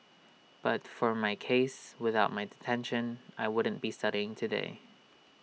but for my case without my detention I wouldn't be studying today